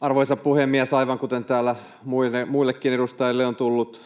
Arvoisa puhemies! Aivan kuten täällä muillekin edustajille, kentältä on tullut